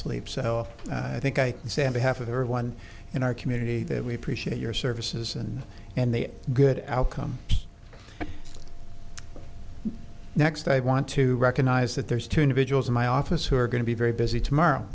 sleep so i think i sang behalf of everyone in our community that we appreciate your services and and the good outcome next i want to recognize that there's two individuals in my office who are going to be very busy